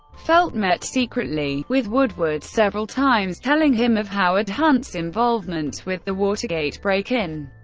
felt met secretly with woodward several times, telling him of howard hunt's involvement with the watergate break-in,